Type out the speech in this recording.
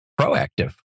proactive